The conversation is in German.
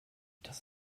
das